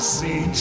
see